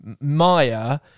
Maya